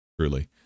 truly